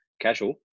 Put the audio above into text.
casual